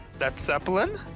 that's zeppelin.